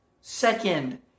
Second